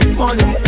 money